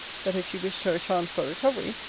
that if she wished her a chance for recovery,